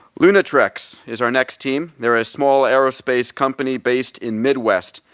lunatrex is our next team. they're a small aerospace company based in midwest,